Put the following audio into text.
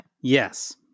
Yes